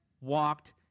walked